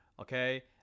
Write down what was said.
okay